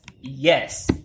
yes